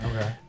Okay